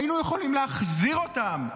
היינו יכולים להחזיר אותם.